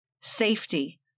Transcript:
safety